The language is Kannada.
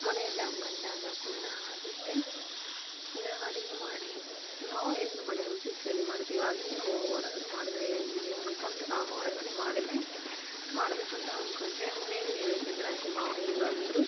ಮನೆಯಲ್ಲಿ ಹಂಗಂದಾಗ ಸುಮ್ಮನೆ ಆಗಿಬಿಟ್ಟೆ ಇಲ್ಲೇ ಅಡುಗೆ ಮಾಡಿ ನಾವು ಎಲ್ಲಿ ಮನೆಯಲ್ಲಿ ರುಚಿ ರುಚಿ ಅಡುಗೆ ಮಾಡ್ತೀವಿ ಅದನ್ನೇ ಹೊರಗಡೆ ಮಾಡಿದರೆ ಹೆಂಗೆ ಅಂದ್ಕೊಂಡು ನಾನು ಹೊರಗಡೆ ಮಾಡಿದೆ ಮಾಡಬೇಕಂತ ಅಂದ್ಕೊಂಡೆ ಮನೆಯಲ್ಲಿ ಹೇಳಿದ್ರಿಂದ ಅತ್ತೆ ಮಾವ ಹಿಂಗಂದ್ರು